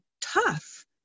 tough